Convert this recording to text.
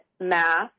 math